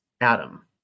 Adam